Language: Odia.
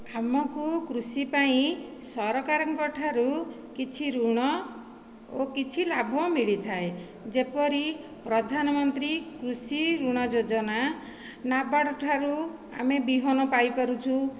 ଆମକୁ କୃଷି ପାଇଁ ସରକାରଙ୍କ ଠାରୁ କିଛି ଋଣ ଓ କିଛି ଲାଭ ମିଳିଥାଏ ଯେପରି ପ୍ରଧାନମନ୍ତ୍ରୀ କୃଷି ଋଣ ଯୋଜନା ନାବାର୍ଡ଼ ଠାରୁ ଆମେ ବିହନ ପାଇପାରୁଛୁ